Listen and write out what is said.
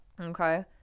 Okay